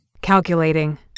Calculating